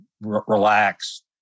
relax